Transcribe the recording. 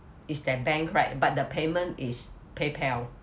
is that bank right but the payment is paypal